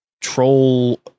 Troll